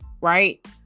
right